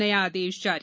नया आदेश जारी